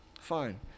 Fine